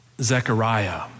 Zechariah